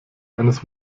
eines